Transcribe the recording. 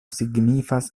signifas